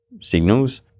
signals